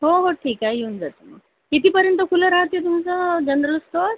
हो हो ठीक आहे येऊन जाते मी कितीपर्यंत खुलं राहाते तुमचं जनरल स्टोअर